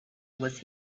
was